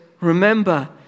remember